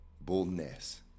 boldness